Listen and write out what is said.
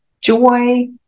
joy